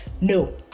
no